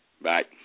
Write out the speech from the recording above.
Bye